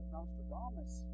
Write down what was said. Nostradamus